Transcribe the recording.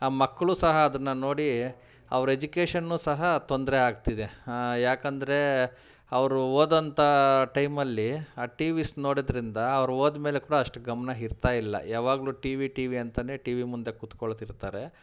ಆ ಮಕ್ಳೂ ಸಹ ಅದನ್ನ ನೋಡಿ ಅವ್ರ ಎಜುಕೇಶನ್ನೂ ಸಹ ತೊಂದರೆಯಾಗ್ತಿದೆ ಯಾಕಂದರೆ ಅವರು ಓದೋಂಥ ಟೈಮಲ್ಲಿ ಆ ಟಿ ವಿಸ್ ನೋಡಿದ್ದರಿಂದ ಅವ್ರ ಓದ್ಮೇಲೆ ಕೂಡ ಅಷ್ಟು ಗಮನ ಇರ್ತಾ ಇಲ್ಲ ಯಾವಾಗಲೂ ಟಿ ವಿ ಟಿ ವಿ ಅಂತಾನೆ ಟಿ ವಿ ಮುಂದೆ ಕೂತ್ಕೊಳ್ತಿರ್ತಾರೆ